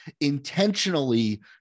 intentionally